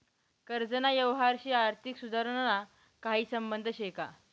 कर्जना यवहारशी आर्थिक सुधारणाना काही संबंध शे का?